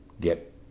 get